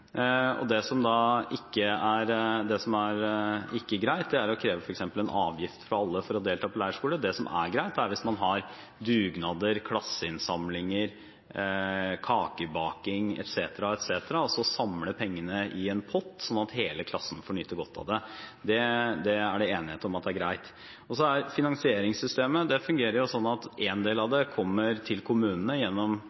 Det som ikke er greit, er å kreve f.eks. en avgift fra alle som skal delta på leirskole. Det som er greit, er at man har dugnader, klasseinnsamlinger, kakebaking etc., og altså samler pengene i en pott, slik at hele klassen får nyte godt av det. Det er det enighet om er greit. Finansieringssystemet fungerer slik at